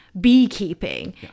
beekeeping